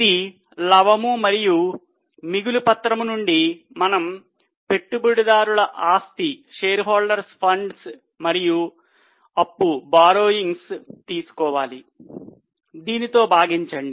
ఇది లవము మరియు మిగులు పత్రం నుండి మనం పెట్టుబడిదారు ఆస్తి తీసుకోవాలి దీనితో భాగించండి